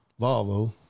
Volvo